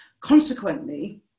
Consequently